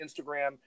Instagram